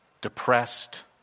depressed